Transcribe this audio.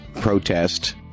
protest